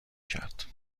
کرد